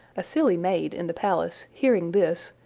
a silly maid in the palace, hearing this,